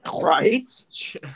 Right